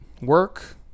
Work